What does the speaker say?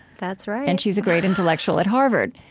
that's right and she's a great intellectual at harvard